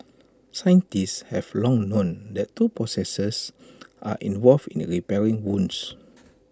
scientists have long known that two processes are involved in repairing wounds